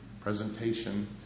presentation